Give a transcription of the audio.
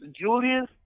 Julius